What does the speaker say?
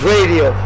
Radio